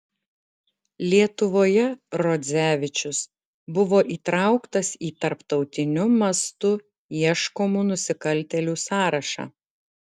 lietuvoje rodzevičius buvo įtrauktas į tarptautiniu mastu ieškomų nusikaltėlių sąrašą